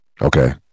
Okay